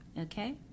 Okay